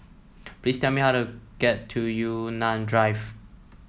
please tell me how to get to Yunnan Drive